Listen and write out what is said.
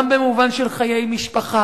גם במובן של חיי משפחה: